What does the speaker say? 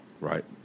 right